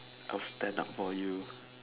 I will stand up for you